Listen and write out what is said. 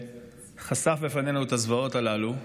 שחשף בפנינו את הזוועות הללו.